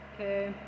Okay